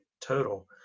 total